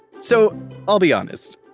so i'll be honest,